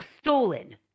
stolen